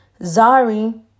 zari